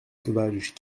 sauvages